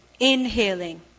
Inhaling